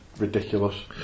Ridiculous